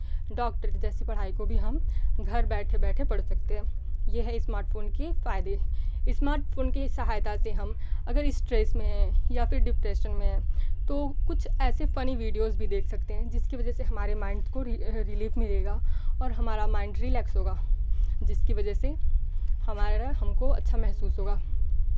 doctor जैसी पढ़ाई को भी हम घर बैठे बैठे पढ़ सकते हैं ये है स्मार्ट फ़ोन के फ़ायदे स्मार्ट फ़ोन के सहायता से हम अगर स्ट्रेस में हैं या फिर डिप्रेशन में हैं तो कुछ ऐसे फ़नी वीडियोज़ भी देख सकते हैं जिसकी वजह से हमारे माइन्ड को रिलीफ़ मिलेगा और हमारा माइन्ड रिलैक्स होगा जिसकी वजह से हमारा हमको अच्छा महसूस होगा